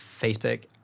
Facebook